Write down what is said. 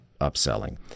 upselling